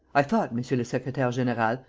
i thought, monsieur le secretaire-general,